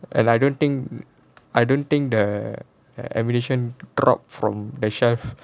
and I don't think I don't think the ammunition dropped from the shelf